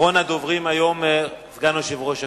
אחרון הדוברים היום הוא סגן יושב-ראש הכנסת,